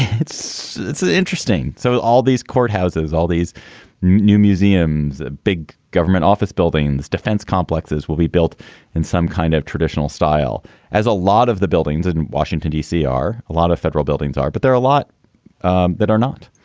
it's it's interesting. so all these courthouses, all these new museums, a big government office buildings, defense complexes will be built in some kind of traditional style as a lot of the buildings in washington, d c. are. a lot of federal buildings are, but there are a lot um that are not.